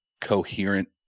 coherent